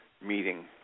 meeting